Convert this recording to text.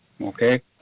Okay